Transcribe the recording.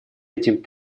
этим